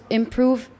improve